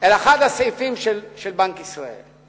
על אחד הסעיפים של בנק ישראל,